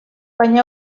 baina